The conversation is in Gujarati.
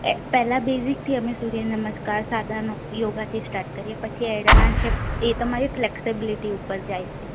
એ પહેલાં પહેલાં બેઝિકથી અમે સૂર્ય નમસ્કાર સાદાનો યોગાથી સ્ટાર્ટ કરીએ પછી એડવાન્સ એ તમારી ફ્લેક્સિબિલિટી ઉપર જાય છે